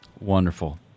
Wonderful